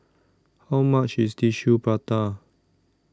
How much IS Tissue Prata